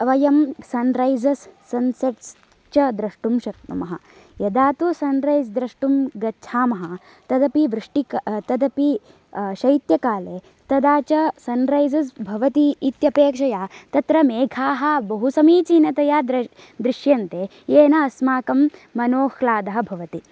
वयं sunrises sunset च द्रष्टुं शक्नुमः यदा तु सन् रैज़् द्रष्टुं गच्छामः तदपि वृष्टि आ तदपि शैत्यकाले तदा च सन् रैज़ेज़् भवति इत्यपेक्षया तत्र मेघाः बहु समीचीनतया द्र दृश्यन्ते येन अस्माकं मनोह्लादः भवति